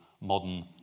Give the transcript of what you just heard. modern